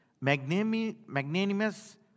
magnanimous